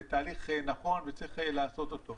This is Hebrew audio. זה תהליך נכון וצריך לעשות אותו.